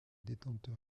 détenteur